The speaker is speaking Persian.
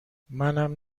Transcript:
منم